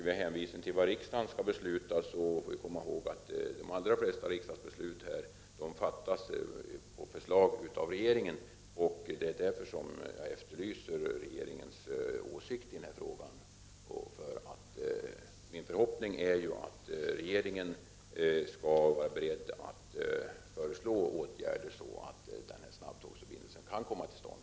Med hänvisning till vad riksdagen skall besluta om får vi komma ihåg att de allra flesta riksdagsbesluten fattas på förslag av regeringen. Det är därför som jag efterlyser regeringens åsikt i den är frågan. Min förhoppning är att regeringen skall vara beredd att föreslå åtgärder, så att denna snabbtågsförbindelse kan komma till stånd.